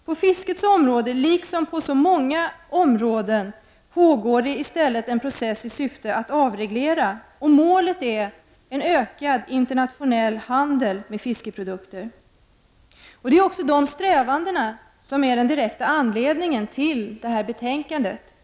På fiskets område liksom på många områden pågår det i stället en process i syfte att avreglera, och målet är en ökad internationell handel med fiskeprodukter. Det är också de strävandena som är den direkta anledningen till det här betänkandet.